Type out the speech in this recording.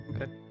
Okay